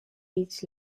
each